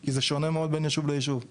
כי זה שונה מאוד בין ישוב לישוב.